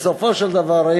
בסופו של דבר,